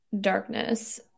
darkness